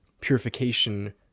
purification